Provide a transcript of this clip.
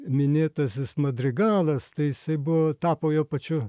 minėtasis madrigalas tai jisai buvo tapo jo pačiu